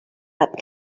that